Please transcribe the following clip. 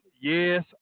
yes